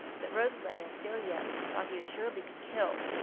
that rosalind and celia thought he would surely be killed,